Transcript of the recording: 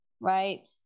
right